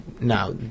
now